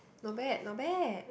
not bad not bad